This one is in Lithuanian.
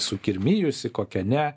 sukirmijusi kokia ne